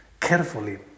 carefully